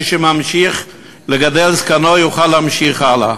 מי שממשיך לגדל זקנו יוכל להמשיך הלאה,